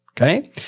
okay